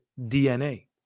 DNA